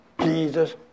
Jesus